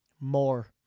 More